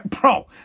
Bro